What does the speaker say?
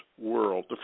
world